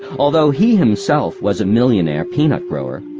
although he himself was a millionaire peanut grower,